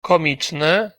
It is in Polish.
komiczne